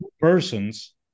persons